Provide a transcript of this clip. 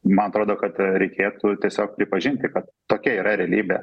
man atrodo kad reikėtų tiesiog pripažinti kad tokia yra realybė